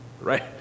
right